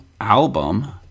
album